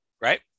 Right